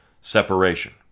separation